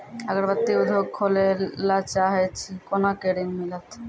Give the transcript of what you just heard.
अगरबत्ती उद्योग खोले ला चाहे छी कोना के ऋण मिलत?